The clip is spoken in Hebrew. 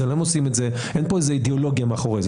אין פה איזו אידיאולוגיה מאחורי זה.